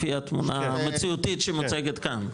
לפי התמונה המציאותית שמוצגת כאן,